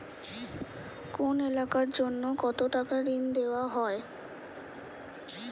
কোন এলাকার জন্য কত টাকা ঋণ দেয়া হয়?